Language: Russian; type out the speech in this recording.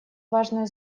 важное